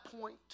point